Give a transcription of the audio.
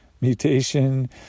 mutation